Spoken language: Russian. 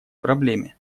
проблеме